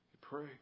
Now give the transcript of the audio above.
pray